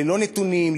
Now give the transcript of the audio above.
ללא נתונים,